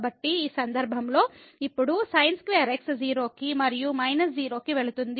కాబట్టి ఈ సందర్భంలో ఇప్పుడు sin2 x 0 కి మరియు మైనస్ 0 కి వెళుతుంది మనకు 0 ను 0 తో విభజించారు